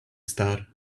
star